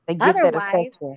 otherwise